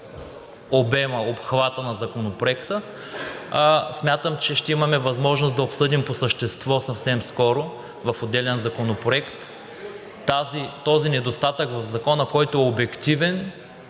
обема, обхвата на Законопроекта. Смятам, че ще имаме възможност да обсъдим по същество съвсем скоро, в отделен законопроект, този недостатък в Закона, който е обективен,